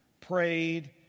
prayed